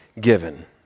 given